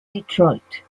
detroit